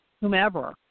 whomever